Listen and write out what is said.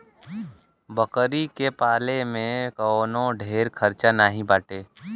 बकरी के पाले में कवनो ढेर खर्चा नाही बाटे